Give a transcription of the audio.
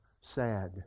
sad